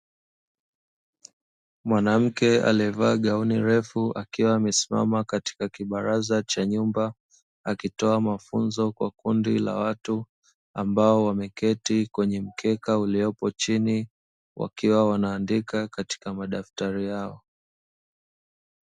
Mwanamke aliyevaa gauni refu akiwa amesimama katika kibaraza cha nyumba, akiwa anatoa mafunzo kwa kundi la watu ambao wameketi kwenye mkeka uliopo chini. Wakiwa wanaandika kwenye madaftari yao.